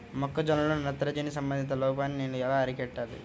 మొక్క జొన్నలో నత్రజని సంబంధిత లోపాన్ని నేను ఎలా అరికట్టాలి?